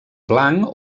blanc